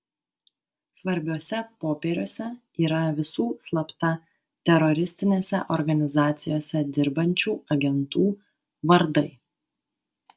svarbiuose popieriuose yra visų slapta teroristinėse organizacijose dirbančių agentų vardai